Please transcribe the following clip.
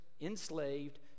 enslaved